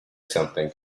something